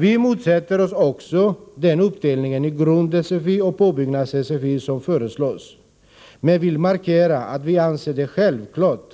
Vi motsätter oss också den uppdelning i grund-SFI och påbyggnads-SFI som föreslås men vill markera att vi anser det självklart